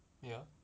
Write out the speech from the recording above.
ya